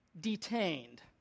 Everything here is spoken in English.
detained